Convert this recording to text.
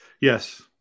yes